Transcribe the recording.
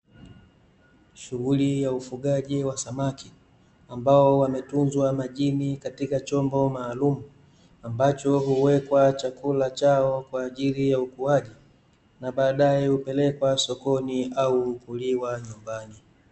Shughuli ya ufugaji wa samaki ,ambao wametunzwa majini katika chombo maalumu, ambacho huwekwa chakula chao kwaajili ya ukuwaji, na baadae hupelekwa sokoni au kuliwa nyumbani.